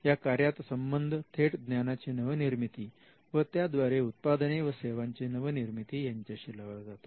या कार्याचा संबंध थेट ज्ञानाची नवनिर्मिती व त्याद्वारे उत्पादने व सेवांची नवनिर्मिती यांच्याशी लावला जातो